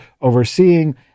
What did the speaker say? overseeing